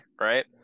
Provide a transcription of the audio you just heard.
right